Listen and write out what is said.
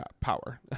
power